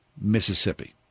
Mississippi